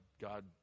God